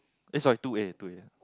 eh sorry two A two A